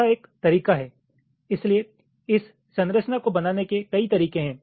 यह एक तरीका है इसलिए इस संरचना को बनाने के कई तरीके हैं